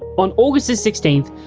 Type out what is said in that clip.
on august sixteen,